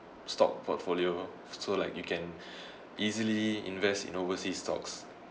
stock portfolio so like you can easily invest in overseas stocks